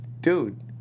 dude